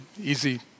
Easy